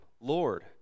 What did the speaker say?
Lord